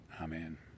Amen